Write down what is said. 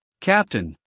Captain